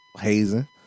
hazing